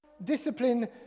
Discipline